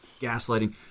gaslighting